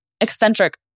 eccentric